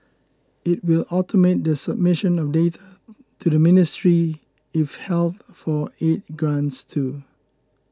it will automate the submission of data to the Ministry if health for aid grants too